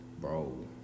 bro